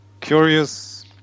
Curious